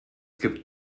gibt